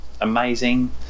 amazing